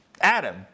Adam